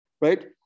right